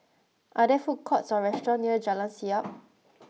are there food courts or restaurants near Jalan Siap